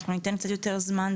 אנחנו ניתן קצת יותר זמן,